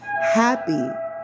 happy